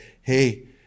hey